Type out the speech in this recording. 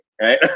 Right